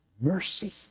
mercy